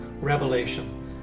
Revelation